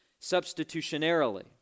substitutionarily